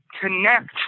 connect